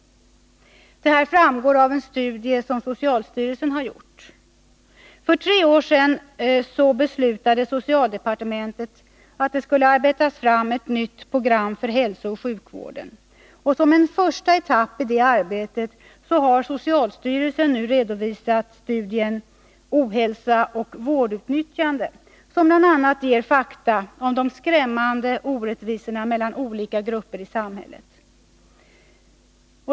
Detta framgår av en studie som socialstyrelsen gjort. För tre år sedan beslutade socialdepartementet att det skulle arbetas fram ett nytt program för hälsooch sjukvården. Som en första etapp i det arbetet har socialstyrelsen nu redovisat studien Ohälsa och vårdutnyttjande, som bl.a. ger fakta om de skrämmande orättvisorna mellan olika grupper i samhället.